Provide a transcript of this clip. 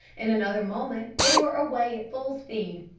in another moment they were away at full speed.